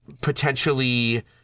potentially